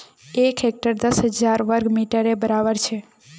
एक हेक्टर दस हजार वर्ग मिटरेर बड़ाबर छे